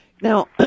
now